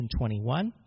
21